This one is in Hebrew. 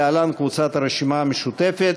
להלן: קבוצת סיעת הרשימה המשותפת.